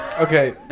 Okay